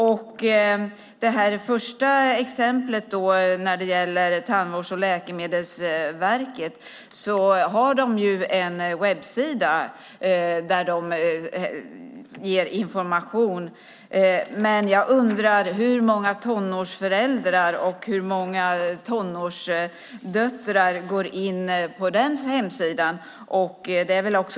När det gäller det första exemplet har ju Tandvårds och läkemedelsförmånsverket en webbsida där man ger information. Men hur många tonårsföräldrar och tonårsdöttrar går in på den hemsidan?